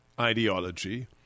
ideology